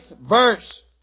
verse